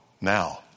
now